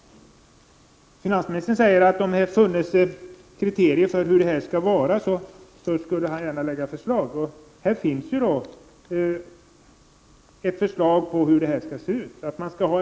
Finansministern säger att om det funnes kriterier så skulle han gärna lägga fram förslag. Här finns ju ett förslag på hur detta bränsle skall se ut: det skall Prot.